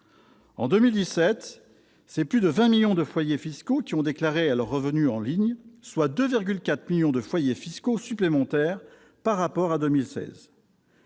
En 2017, plus de 20 millions de foyers fiscaux ont déclaré leurs revenus en ligne, soit 2,4 millions de foyers fiscaux supplémentaires par rapport à 2016.